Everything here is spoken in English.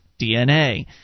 DNA